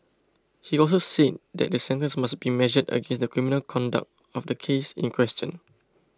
he also said that the sentence must be measured against the criminal conduct of the case in question